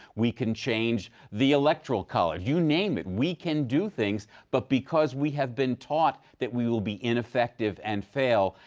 we can change the electoral college. you name it, we can do things. but because we have been taught that we will be ineffective and fail,